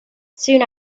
soon